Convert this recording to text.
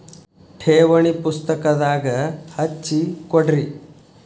ಠೇವಣಿ ಪುಸ್ತಕದಾಗ ಹಚ್ಚಿ ಕೊಡ್ರಿ